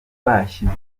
bashyize